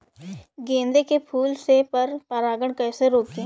गेंदे के फूल से पर परागण कैसे रोकें?